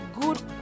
good